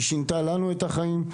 היא שינתה לנו את החיים,